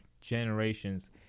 generations